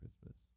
Christmas